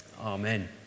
Amen